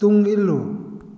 ꯇꯨꯡ ꯏꯜꯂꯨ